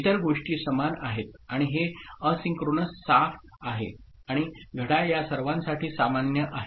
इतर गोष्टी समान आहेत आणि हे एसिन्क्रोनस साफ आहे आणि घड्याळ या सर्वांसाठी सामान्य आहे